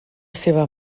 seva